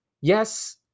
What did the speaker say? yes